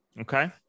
Okay